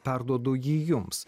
perduodu jį jums